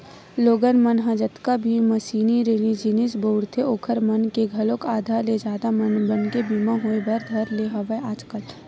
लोगन मन ह जतका भी मसीनरी जिनिस बउरथे ओखर मन के घलोक आधा ले जादा मनके बीमा होय बर धर ने हवय आजकल